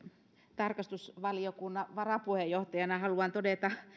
tarkastusvaliokunnan varapuheenjohtajana haluan todeta